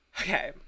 Okay